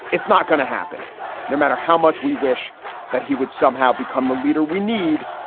it's not going to happen no matter how much we wish that he would somehow become the leader we need,